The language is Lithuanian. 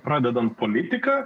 pradedant politika